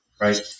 Right